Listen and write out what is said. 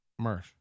Mersh